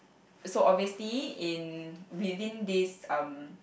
so obviously in within this um